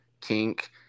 kink